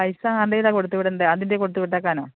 പൈസ ആരുടെ കയ്യിലാണ് കൊടുത്തുവിടേണ്ടത് അതിൻ്റെ കൊടുത്തുവിട്ടേക്കാനോ